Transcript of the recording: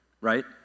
right